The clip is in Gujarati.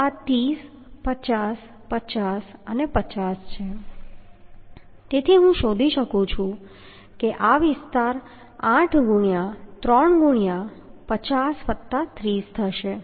તો આ 30 50 50 50 છે તેથી હું શોધી શકું છું કે વિસ્તાર 8 ગુણ્યાં 3 ગુણ્યાં 50 વત્તા 30 થશે